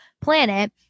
planet